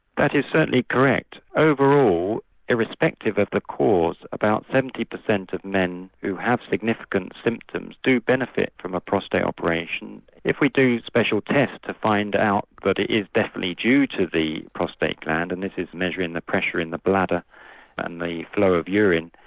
that is certainly correct. overall irrespective of the cause about seventy percent of men who have significant symptoms do benefit from a prostate operation. if we do special tests to find out that it is definitely due to the prostate gland, and this is measuring the pressure in the bladder and the flow of urine,